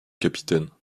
capitaine